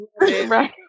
Right